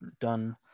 done